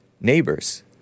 neighbors